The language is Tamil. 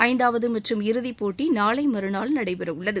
ஐந்தாவது மற்றும் இறுதிப் போட்டி நாளை மறுநாள் நடைபெறவுள்ளது